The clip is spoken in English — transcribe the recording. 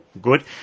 Good